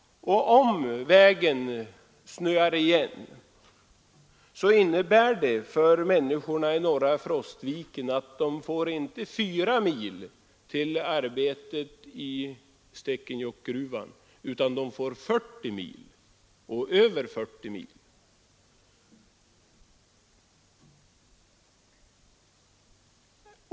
Om vägen snöar igen, innebär det för människorna i norra Frostviken, att de inte får 4 mil till arbetet i Stekenjokkgruvan, utan de får 40 mil och över 40 mil.